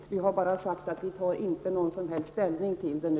Vi har bara sagt att vi inte tar någon ställning nu.